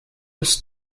was